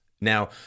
Now